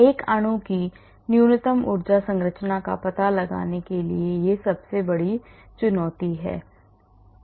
एक अणु की न्यूनतम ऊर्जा संरचना का पता लगाने में यह सबसे बड़ी चुनौती है